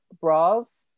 bras